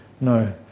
No